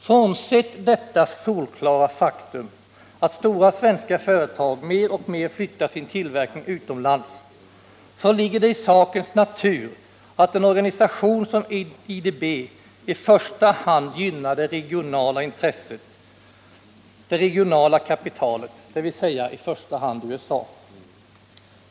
Frånsett detta solklara faktum — att stora svenska företag mer och mer flyttar sin tillverkning utomlands — ligger det i sakens natur att en organisation som IDB i första hand gynnar det regionala intresset, det regionala kapitalet, dvs. i första hand gynnar USA.